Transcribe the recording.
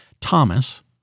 Thomas